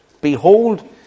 Behold